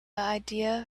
idea